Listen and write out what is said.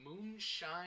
Moonshine